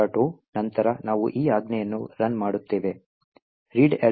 o ನಂತರ ನಾವು ಈ ಆಜ್ಞೆಯನ್ನು ರನ್ ಮಾಡುತ್ತೇವೆ readelf H hello